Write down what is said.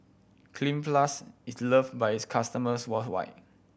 Cleanz Plus is loved by its customers worldwide